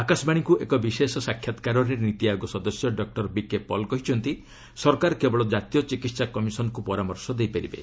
ଆକାଶବାଣୀକୁ ଏକ ବିଶେଷ ସାକ୍ଷାତ୍କାରରେ ନୀତି ଆୟୋଗ ସଦସ୍ୟ ଡକୁର ବିକେ ପଲ୍ କହିଛନ୍ତି ସରକାର କେବଳ ଜାତୀୟ ଚିକିତ୍ସା କମିଶନ୍କୁ ପରାମର୍ଶ ଦେଇପାରିବେ